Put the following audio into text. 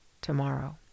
tomorrow